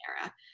era